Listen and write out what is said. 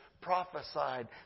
prophesied